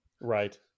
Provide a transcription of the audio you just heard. Right